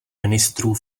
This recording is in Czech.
ministrů